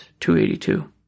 282